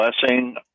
blessing